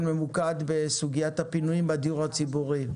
ממוקד בסוגית הפינויים בדיור הציבורי.